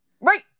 Right